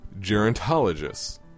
gerontologists